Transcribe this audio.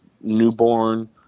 newborn